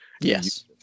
Yes